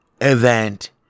event